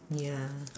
ya